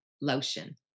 lotion